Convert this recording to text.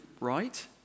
right